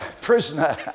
prisoner